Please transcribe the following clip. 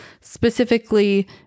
specifically